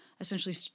essentially –